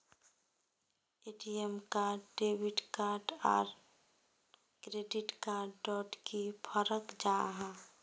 ATM card debit card आर credit card डोट की फरक जाहा?